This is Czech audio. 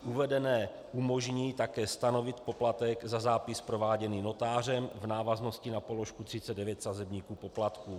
Uvedené umožní také stanovit poplatek za zápis prováděný notářem v návaznosti na položku 39 sazebníku poplatků.